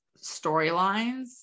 storylines